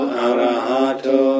arahato